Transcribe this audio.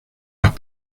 las